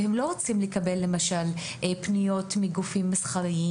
ולא רוצים לקבל פניות מגופים מסחריים